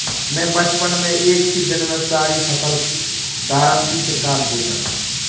मैं बचपन में एक ही दिन में सारी फसल दरांती से काट देता था